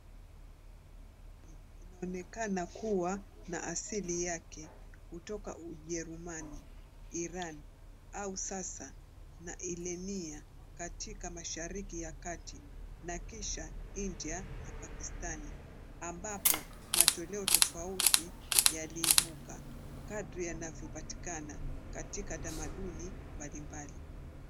Inaonekana kuwa na asili yake kutoka Ujerumani, Iran au sasa na ilenia katika mashariki ya kati na kisha India na Pakistan ambapo matoleo tofauti yaliibuka kadri yanavyo patikana katika tamaduni mbalimbali.